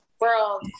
world